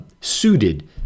suited